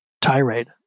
tirade